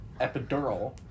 epidural